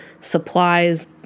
supplies